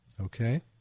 Okay